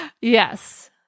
Yes